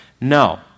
No